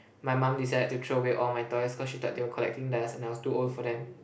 my mom decided to throw away all my toys cause she thought they are collecting dust and I was too old for them